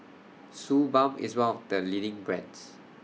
Suu Balm IS one of The leading brands